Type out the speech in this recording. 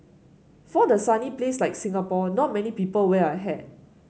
for a sunny place like Singapore not many people wear a hat